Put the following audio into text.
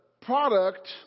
product